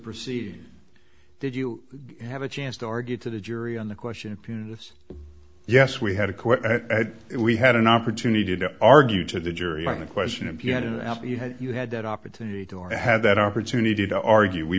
proceed did you have a chance to argue to the jury on the question this yes we had a quick we had an opportunity to argue to the jury by the question if you had and you had you had that opportunity to have that opportunity to argue we